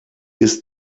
ist